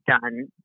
done